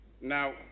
Now